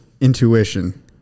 intuition